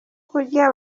kunywa